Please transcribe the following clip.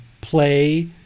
play